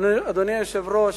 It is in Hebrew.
אדוני היושב-ראש,